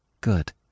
Good